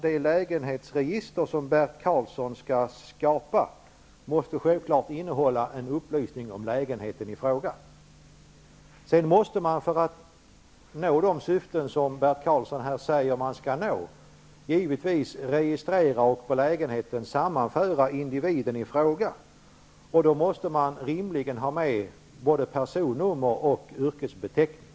Det lägenhetsregister som Bert Karlsson skall skapa måste självfallet innehålla en upplysning om lägenheten. Sedan måste man, för att nå de syften som Bert Karlsson säger att man skall nå, givetvis registrera och på lägenheten sammanföra individerna i fråga. Då måste man rimligen ha med både personnummer och yrkesbeteckning.